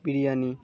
biryani